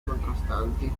contrastanti